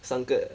上个